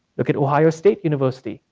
look at ohio state university,